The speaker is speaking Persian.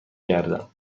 گردم